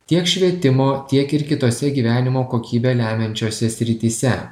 tiek švietimo tiek ir kitose gyvenimo kokybę lemiančiose srityse